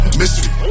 mystery